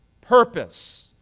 purpose